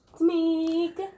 Meek